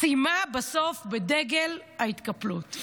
סיימה בסוף בדגל ההתקפלות?